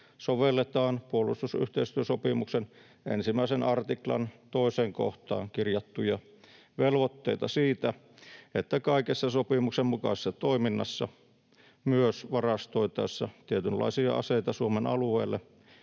sovelletaan puolustusyhteistyösopimuksen 1 artiklan 2 kohtaan kirjattuja velvoitteita siitä, että kaikessa sopimuksen mukaisessa toiminnassa, myös varastoitaessa tietynlaisia aseita Suomen alueelle,